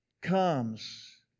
comes